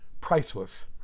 Priceless